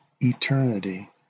eternity